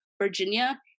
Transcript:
Virginia